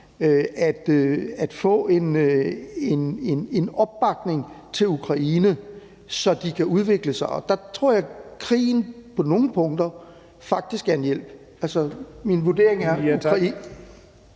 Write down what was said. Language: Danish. at få en opbakning til Ukraine, så de kan udvikle sig, og der tror jeg, at krigen på nogle punkter faktisk er en hjælp. Min vurdering er,